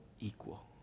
equal